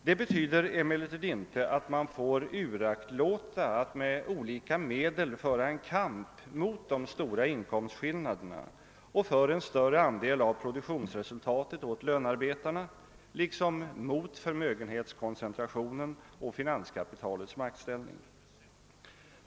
Det betyder emellertid inte att man får uraktiåta att med olika medel föra en kamp mot de stora inkomstskillnaderna och för en större andel av produktionsresultatet åt lönearbetarna liksom mot förmögenhetskon centrationen och finanskapitalets maktställning.